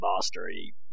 mastery